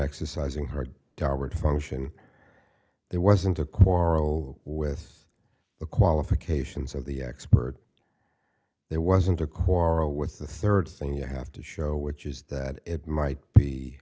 exercising her power to function there wasn't a quarrel with the qualifications of the expert there wasn't a quarrel with the third thing you have to show which is that it might be